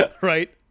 Right